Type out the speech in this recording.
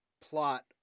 plot